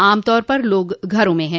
आमतौर पर लोग घरो में हैं